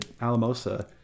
Alamosa